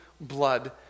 blood